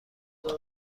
کنن